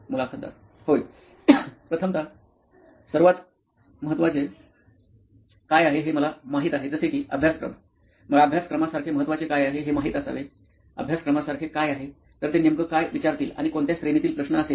मुलाखतदार होय प्रथमतः सर्वात महत्वाचे काय आहे हे मला माहिती आहे जसे कि अभ्यासक्रम मग अभ्यासक्रमासारखे महत्त्वाचे काय आहे हे माहित असावे अभ्यासक्रमासारखे काय आहे तर ते नेमकं काय विचारतील आणि कोणत्या श्रेणी तील प्रश्न असेल